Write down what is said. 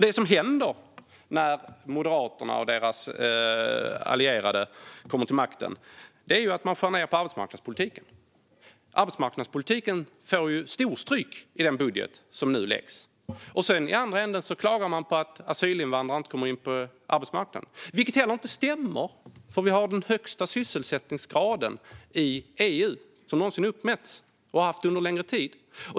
Det som händer när Moderaterna och deras allierade kommer till makten är att de skär ned på arbetsmarknadspolitiken. Arbetsmarknadspolitiken får ju storstryk i den budget som nu läggs fram. I andra änden klagar man sedan på att asylinvandrarna inte kommer in på arbetsmarknaden, vilket inte heller stämmer eftersom vi har den högsta sysselsättningsgraden som någonsin uppmätts i EU och har haft det under en längre tid.